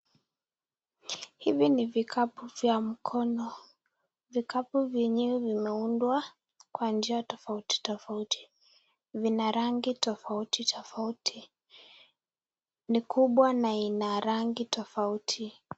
Hivi ni vikabu vya mkono vikabu vyenyewe vimeundwa kwa njia tofauti tofauti vina rangi tofauti tofauti ni kubwa na Ina rangi tofauti.